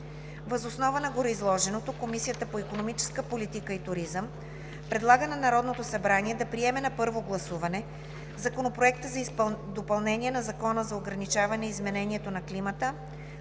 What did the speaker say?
Въз основа на гореизложеното Комисията по икономическа политика и туризъм предлага на Народното събрание да приеме на първо гласуване Законопроекта за допълнение на Закона за ограничаване изменението на климата,